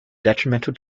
detrimental